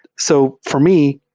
so for me,